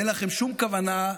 כנסת נכבדה,